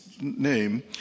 name